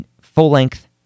full-length